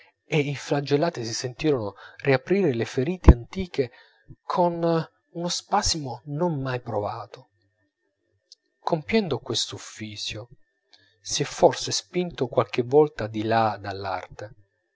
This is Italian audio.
e i flagellati si sentirono riaprire le ferite antiche con uno spasimo non mai provato compiendo quest'ufficio si è forse spinto qualche volta di là dall'arte